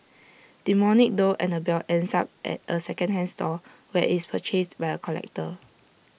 demonic doll Annabelle ends up at A second hand store where IT is purchased by A collector